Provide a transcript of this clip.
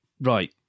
right